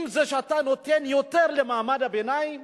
עם זה שאתה נותן יותר למעמד הביניים